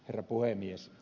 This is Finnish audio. herra puhemies